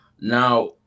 Now